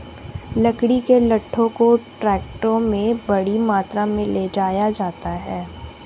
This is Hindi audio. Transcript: लकड़ी के लट्ठों को ट्रकों में बड़ी मात्रा में ले जाया जाता है